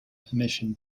permission